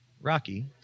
Rocky